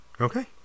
Okay